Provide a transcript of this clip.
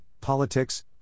politics